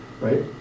Right